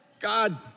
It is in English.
God